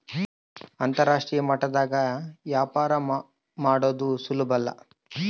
ಅಂತರಾಷ್ಟ್ರೀಯ ಮಟ್ಟದಾಗ ವ್ಯಾಪಾರ ಮಾಡದು ಸುಲುಬಲ್ಲ